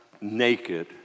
naked